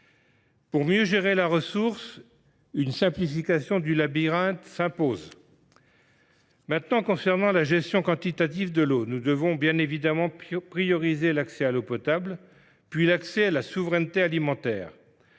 Pour mieux gérer la ressource, une simplification du labyrinthe s’impose. En ce qui concerne la gestion quantitative de l’eau, nous devons bien évidemment prioriser l’accès à l’eau potable, puis notre souveraineté alimentaire.